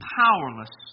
powerless